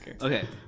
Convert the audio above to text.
Okay